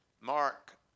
Mark